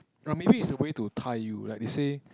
uh maybe it's a way to tie you like they say